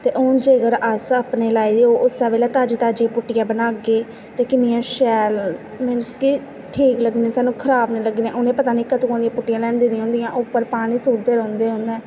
ते हून जेकर अस अपने लाई दी होग ते उस्सै बेल्लै ताजी ताजी पुट्टियै बनागे ते किन्निया शैल मींस के ठीक लग्गनी सानूं खराब नेईं लग्गनी उ'नें पता नेईं कंदू दी पुट्टियै लेई आंदी दी होंदियां उप्पर पानी सुटदे रौंह्दे न